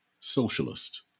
socialist